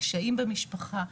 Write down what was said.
קשיים במשפחה,